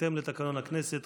בהתאם לתקנון הכנסת,